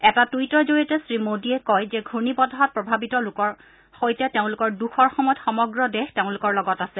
এটা টুইটৰ জৰিয়তে শ্ৰীমোদীয়ে কয় যে ঘূৰ্ণি বতাহত প্ৰভাৱিত লোকসকলৰ সৈতে তেওঁলোকৰ দুখৰ সময়ত সমগ্ৰ দেশ লগত আছে